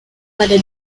pada